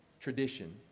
tradition